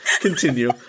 Continue